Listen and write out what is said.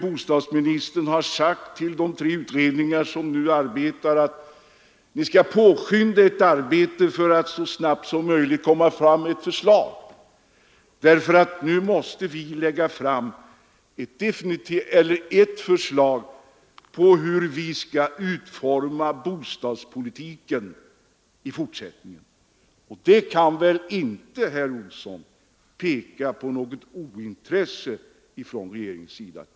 Bostadsministern har ju också sagt till de tre utredningar som arbetar att de skall påskynda sitt arbete för att man så snabbt som möjligt skall få fram förslag till utformning av bostadspolitiken i framtiden. Det kan väl inte, herr Olsson, peka på något ointresse från regeringens sida.